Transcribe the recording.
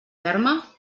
ferma